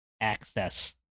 access